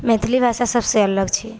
मैथिली भाषा सबसँ अलग छै